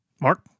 mark